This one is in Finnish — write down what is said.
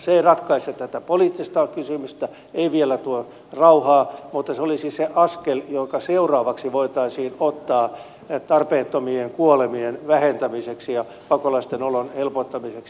se ei ratkaise tätä poliittista kysymystä ei vielä tuo rauhaa mutta se olisi se askel joka seuraavaksi voitaisiin ottaa tarpeettomien kuolemien vähentämiseksi ja pakolaisten olon helpottamiseksi